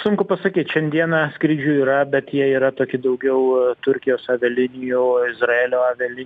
sunku pasakyt šiandieną skrydžių yra bet jie yra tokie daugiau turkijos avialinijų izraelio aviali